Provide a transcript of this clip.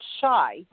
shy